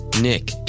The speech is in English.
Nick